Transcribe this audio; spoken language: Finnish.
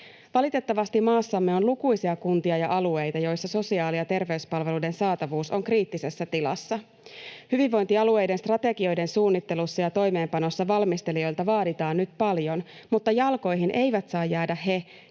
Valitettavasti maassamme on lukuisia kuntia ja alueita, joissa sosiaali- ja terveyspalveluiden saatavuus on kriittisessä tilassa. Hyvinvointialueiden strategioiden suunnittelussa ja toimeenpanossa valmistelijoilta vaaditaan nyt paljon, mutta jalkoihin eivät saa jäädä he, jotka tietävät